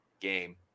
game